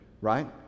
right